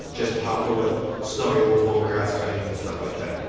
just to help her with snow removal, grass cutting, and stuff like that.